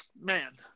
man